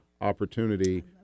opportunity